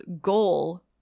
goal